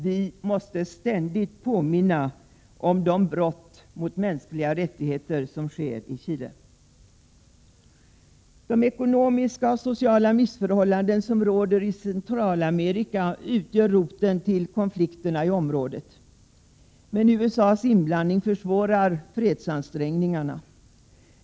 Vi måste ständigt påminna om de brott mot mänskliga rättigheter som begås i Chile. De ekonomiska och sociala missförhållanden som råder i Centralamerika utgör roten till konflikterna i området. Men USA:s inblandning försvårar fredsansträngningarna.